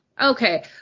okay